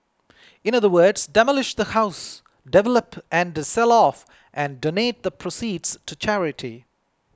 in other words demolish the house develop and sell off and donate the proceeds to charity